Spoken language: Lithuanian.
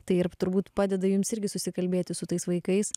tai ir turbūt padeda jums irgi susikalbėti su tais vaikais